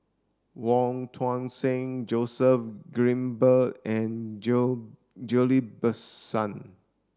Wong Tuang Seng Joseph Grimberg and Ghillie Basan